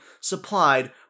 supplied